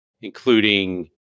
including